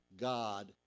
God